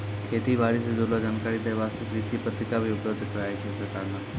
खेती बारी सॅ जुड़लो जानकारी दै वास्तॅ कृषि पत्रिका भी उपलब्ध कराय छै सरकार नॅ